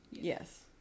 yes